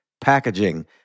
packaging